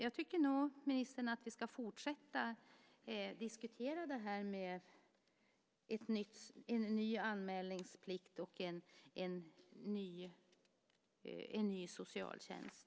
Jag tycker, ministern, att vi ska fortsätta att diskutera frågor om en ny anmälningsplikt och om en ny socialtjänst.